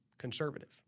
conservative